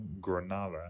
Granada